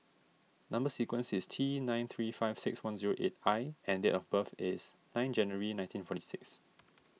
Number Sequence is T nine three five six one zero eight I and date of birth is nine January nineteen forty six